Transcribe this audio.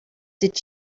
did